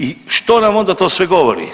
I što nam onda to sve govori?